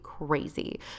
crazy